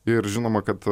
ir žinoma kad